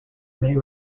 may